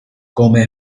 come